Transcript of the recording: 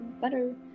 better